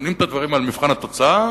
בוחנים את הדברים על מבחן התוצאה,